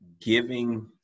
giving